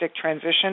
transition